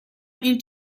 این